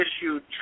issued